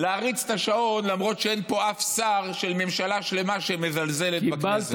להריץ את השעון למרות שאין פה אף שר של ממשלה שלמה שמזלזלת בכנסת.